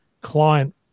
client